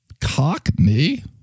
Cockney